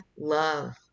love